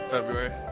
February